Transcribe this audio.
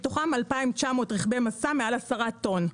מתוכם 2,900 רכבי משא מעל עשרה טון.